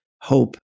hope